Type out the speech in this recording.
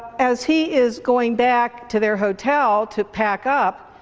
as he is going back to their hotel to pack up,